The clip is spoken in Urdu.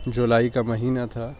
جولائی کا مہینہ تھا